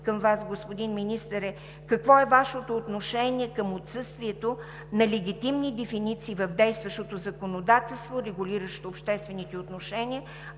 към Вас, господин Министър, е: какво е Вашето отношение към отсъствието на легитимни дефиниции в действащото законодателство, регулиращо обществените отношения